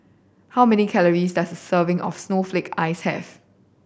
how many calories does a serving of snowflake ice have